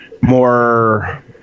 more